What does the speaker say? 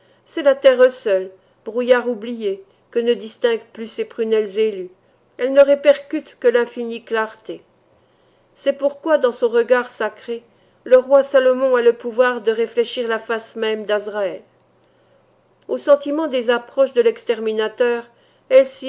c'est la terre seule brouillard oublié que ne distinguent plus ces prunelles élues elles ne répercutent que linfinie clarté c'est pourquoi dans son regard sacré le roi salomon a le pouvoir de réfléchir la face même d'azraël au sentiment des approches de l'exterminateur